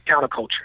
counterculture